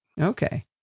Okay